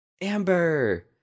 Amber